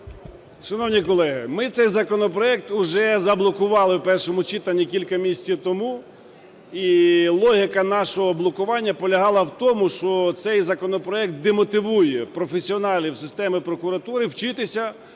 Шановні колеги, ми цей законопроект вже заблокували у першому читанні кілька місяців тому, і логіка нашого блокування полягала в тому, що цей законопроект демотивує професіоналів системи прокуратури вчитися